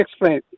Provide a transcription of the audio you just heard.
explain